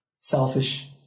Selfish